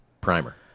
primer